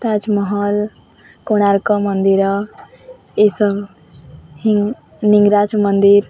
ତାଜମହଲ କୋଣାର୍କ ମନ୍ଦିର ଲିଙ୍ଗରାଜ ମନ୍ଦିର